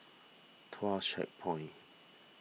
Tuas Checkpoint